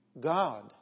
God